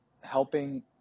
helping